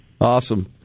Awesome